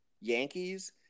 Yankees